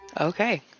Okay